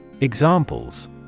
Examples